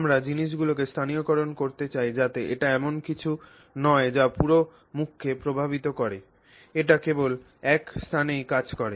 আমরা জিনিসগুলিকে স্থানীয়করণ করতে চাই যাতে এটি এমন কিছু নয় যা পুরো মুখকে প্রভাবিত করে এটি কেবল এক স্থানেই কাজ করে